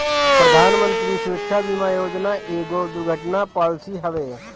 प्रधानमंत्री सुरक्षा बीमा योजना एगो दुर्घटना पॉलिसी हवे